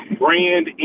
brand